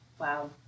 Wow